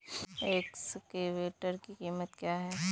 Excavator की कीमत क्या है?